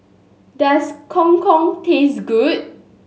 does Gong Gong taste good